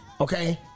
Okay